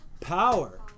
Power